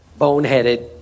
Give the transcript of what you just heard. boneheaded